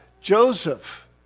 Joseph